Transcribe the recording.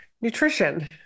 nutrition